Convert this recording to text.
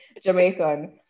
Jamaican